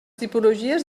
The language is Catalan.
tipologies